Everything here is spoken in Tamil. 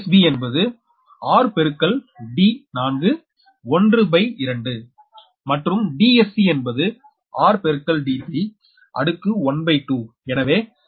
Dsb என்பது r பெருக்கல் d4 அடுக்கு 1 பய் 2 மற்றும் Dsc என்பது r பெருக்கல் d3 அடுக்கு 1 பய் 2